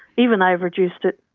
even they've reduced it,